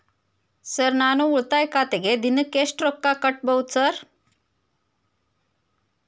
Sir ನಾನು ಉಳಿತಾಯ ಖಾತೆಗೆ ದಿನಕ್ಕ ಎಷ್ಟು ರೊಕ್ಕಾ ಕಟ್ಟುಬಹುದು ಸರ್?